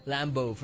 Lambo